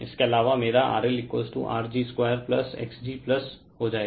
इसके अलावा मेरा RL R g 2 X g हो जाएगा